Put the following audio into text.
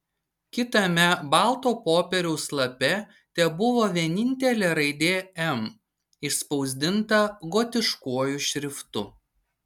kitame balto popieriaus lape tebuvo vienintelė raidė m išspausdinta gotiškuoju šriftu